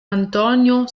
antonio